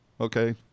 Okay